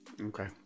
Okay